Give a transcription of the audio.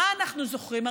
מה אנחנו זוכרים?